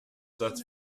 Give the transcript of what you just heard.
satz